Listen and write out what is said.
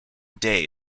day